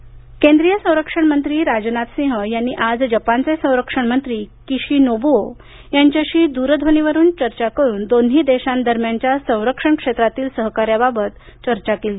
राजनाथ केंद्रीय संरक्षण मंत्री राजनाथ सिंह यांनी आज जपानचे संरक्षण मंत्री किशी नोबुओ यांच्याशी दूरध्वनीवरून दोन्ही देशांदरम्यानच्या संरक्षण क्षेत्रातील सहकार्याबाबत चर्चा केली